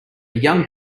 young